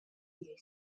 you